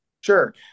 Sure